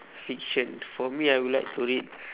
fiction for me I would like to read